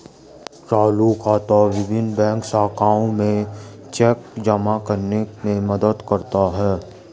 चालू खाता विभिन्न बैंक शाखाओं में चेक जमा करने में मदद करता है